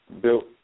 built